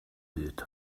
hyd